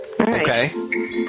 Okay